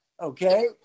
Okay